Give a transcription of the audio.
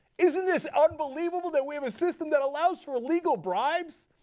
isn't this unbelievable, that we have a system that allows for legal bribes?